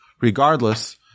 regardless